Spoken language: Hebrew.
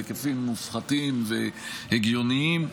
בהיקפים מופחתים והגיוניים.